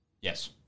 Yes